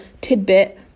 tidbit